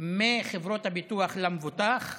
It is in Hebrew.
מחברות הביטוח למבוטח,